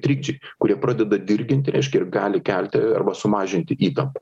trikdžiai kurie pradeda dirginti reiškia ir gali kelti arba sumažinti įtampą